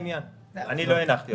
אני לא הנחתי אותו.